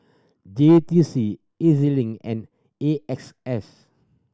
J T C E Z Link and A X S